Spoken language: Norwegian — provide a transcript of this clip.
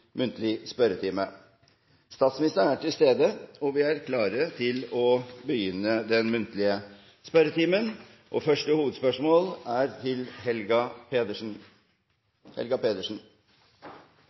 muntlig spørretime. Statsministeren er til stede, og vi er klare til å begynne den muntlige spørretimen. Første hovedspørsmål er fra representanten Helga Pedersen.